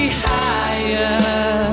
higher